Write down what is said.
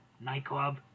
nightclub